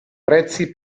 prezzi